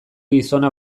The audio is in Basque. gizona